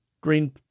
green